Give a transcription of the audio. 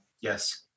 Yes